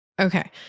okay